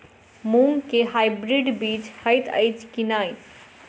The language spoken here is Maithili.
मूँग केँ हाइब्रिड बीज हएत अछि की नै?